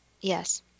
Yes